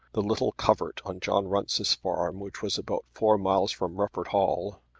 the little covert on john runce's farm which was about four miles from rufford hall,